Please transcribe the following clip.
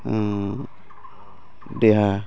देहा